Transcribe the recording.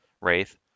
Wraith